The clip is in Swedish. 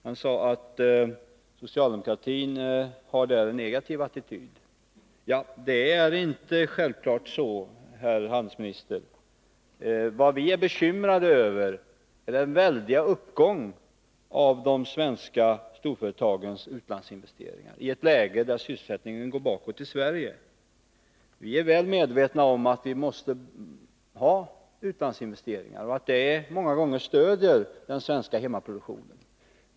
Han sade att socialdemokratin har en negativ attityd på den punkten. Det är inte utan vidare riktigt, herr handelsminister. Vad vi är bekymrade över är den väldiga uppgången av de svenska storföretagens utlandsinvesteringar i ett läge där sysselsättningen går bakåt i Sverige. Vi är mycket väl medvetna om att vårt land måste ha utlandsinvesteringar och att de många gånger stöder den svenska hemmaproduktionen.